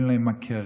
אין להם מכרים,